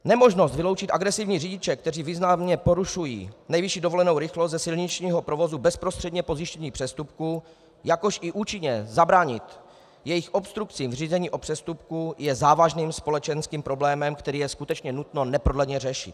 Nemožnost vyloučit agresivní řidiče, kteří významně porušují nejvyšší povolenou rychlost, ze silničního provozu bezprostředně po zjištění přestupku, jakož i účinně zabránit jejich obstrukcím v řízení o přestupku je závažným společenským problémem, který je skutečně nutno neprodleně řešit.